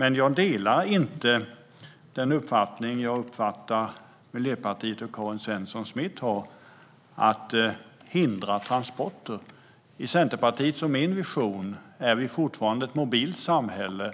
Men jag delar inte den uppfattning som jag tolkar att Miljöpartiet och Karin Svensson Smith har om att hindra transporter. I Centerpartiets och min vision är vi fortfarande ett mobilt samhälle.